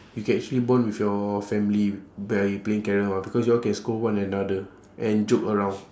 you can actually bond with your family by playing carrom ah because y'all can scold one another and joke around